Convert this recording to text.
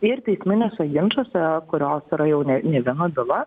ir teisminiuose ginčuose kurios yra jau ne ne viena byla